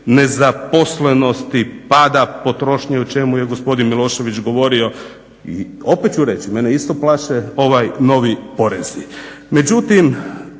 nezaposlenosti pada potrošnje o čemu je gospodin Milošević govorio i opet ću reći mene isto plaše ovaj novi porezi.